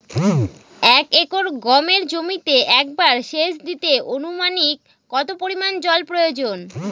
এক একর গমের জমিতে একবার শেচ দিতে অনুমানিক কত পরিমান জল প্রয়োজন?